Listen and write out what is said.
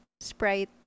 Sprite